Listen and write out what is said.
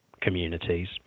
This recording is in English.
communities